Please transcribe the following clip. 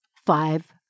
Five